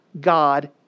God